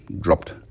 dropped